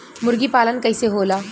मुर्गी पालन कैसे होला?